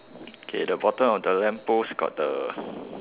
okay the bottom of the lamppost got the